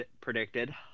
predicted